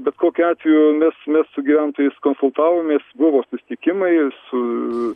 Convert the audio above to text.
bet kokiu atveju mes mes su gyventojais konsultavomės buvo susitikimai su